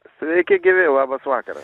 sveiki gyvi labas vakaras